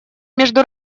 между